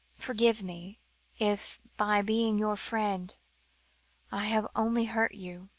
forgive me if by being your friend i have only hurt you.